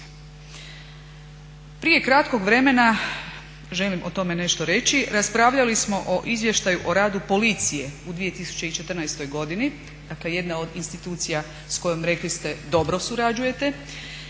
Prije kratkog vremena, želim o tome nešto reći, raspravljali smo o izvještaju o radu policije u 2014. godini, dakle jedne od institucija s kojom rekli ste dobro surađujete